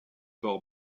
par